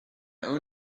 own